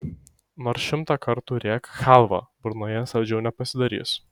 nors šimtą kartų rėk chalva burnoje saldžiau nepasidarys